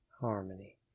harmony